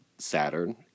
Saturn